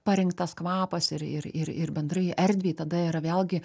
parinktas kvapas ir ir ir ir bendrai erdvei tada yra vėlgi